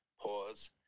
pause